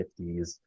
50s